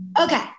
okay